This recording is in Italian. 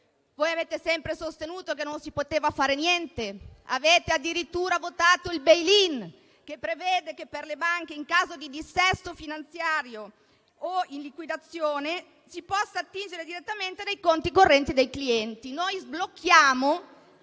Voi avete sempre sostenuto che non si poteva fare niente e avete addirittura votato il *bail in*, che prevede che, per le banche in dissesto finanziario o in liquidazione, si possa attingere direttamente dai conti correnti dei clienti.